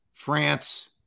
France